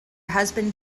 husband